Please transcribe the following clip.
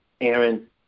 Aaron